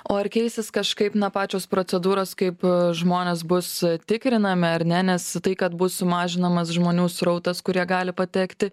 o ar keisis kažkaip na pačios procedūros kaip žmonės bus tikrinami ar ne nes tai kad bus sumažinamas žmonių srautas kurie gali patekti